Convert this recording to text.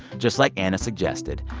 just like anna suggested.